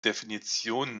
definition